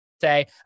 say